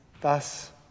Thus